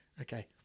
Okay